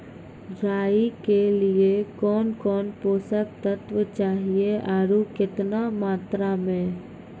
राई के लिए कौन कौन पोसक तत्व चाहिए आरु केतना मात्रा मे?